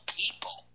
people